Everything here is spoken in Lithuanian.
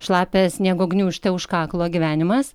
šlapią sniego gniūžtę už kaklo gyvenimas